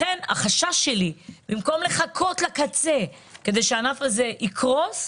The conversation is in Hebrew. לכן במקום לחכות לקצה שהענף הזה יקרוס,